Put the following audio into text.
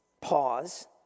pause